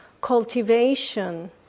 cultivation